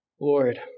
Lord